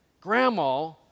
Grandma